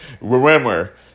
Remember